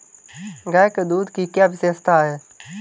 गाय के दूध की क्या विशेषता है?